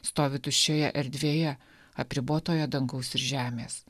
stovi tuščioje erdvėje apribotoje dangaus ir žemės